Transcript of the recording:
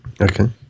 Okay